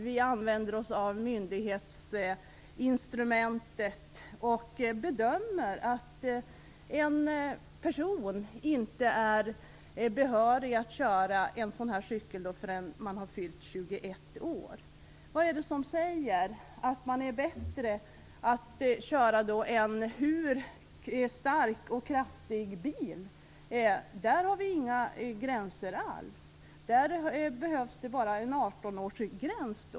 Vi använder oss av myndighetsinstrumentet och bedömer att en person inte är behörig att köra tung motorcykel förrän han eller hon har fyllt 21 år. Vad är det som säger att man är bättre på att köra då? När det gäller stora och starka bilar finns det inga gränser alls, annat än bara en 18-årsgräns.